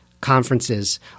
conferences